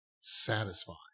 satisfying